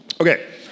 Okay